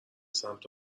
سمت